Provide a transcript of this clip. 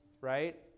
right